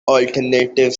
alternative